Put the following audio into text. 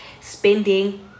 spending